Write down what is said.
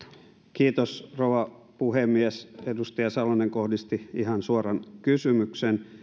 kiitos rouva puhemies edustaja salonen kohdisti ihan suoran kysymyksen